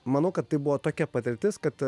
manau kad tai buvo tokia patirtis kad